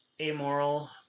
amoral